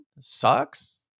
sucks